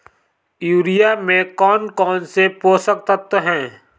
Urea में कौन कौन से पोषक तत्व है?